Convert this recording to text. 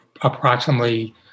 approximately